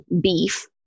beef